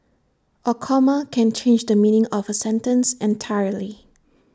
A comma can change the meaning of A sentence entirely